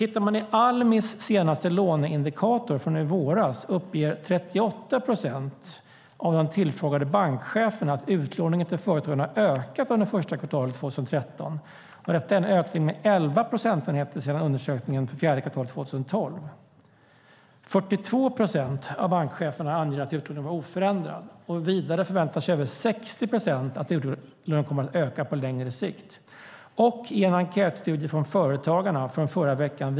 Enligt Almis senaste låneindikator från i våras uppger 38 procent av de tillfrågade bankcheferna att utlåningen till företagen ökat under första kvartalet 2013. Detta är en ökning med 11 procentenheter sedan undersökningen för fjärde kvartalet 2012. Vidare förväntar sig över 60 procent att utlåningen kommer att öka på längre sikt.